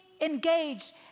engaged